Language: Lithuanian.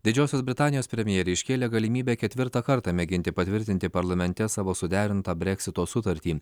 didžiosios britanijos premjerė iškėlė galimybę ketvirtą kartą mėginti patvirtinti parlamente savo suderintą breksito sutartį